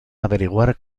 averiguar